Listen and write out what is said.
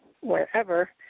wherever